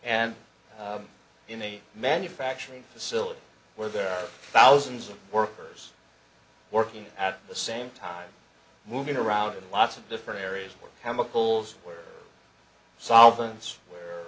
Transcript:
and in a manufacturing facility where there are thousands of workers working at the same time moving around lots of different areas where chemicals where solvent see where